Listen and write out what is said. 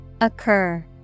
Occur